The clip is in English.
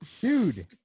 Dude